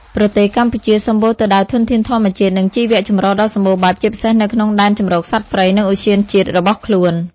ប្រទេសកម្ពុជាសម្បូរទៅដោយធនធានធម្មជាតិ និងជីវៈចម្រុះដ៏សម្បូរបែប ជាពិសេសនៅក្នុងដែនជម្រកសត្វព្រៃ និងឧទ្យានជាតិរបស់ខ្លួន។